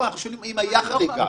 אנחנו שואלים אם הייתה חריגה.